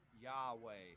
Yahweh